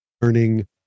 learning